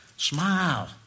Smile